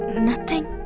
nothing!